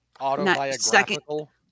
autobiographical